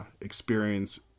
experience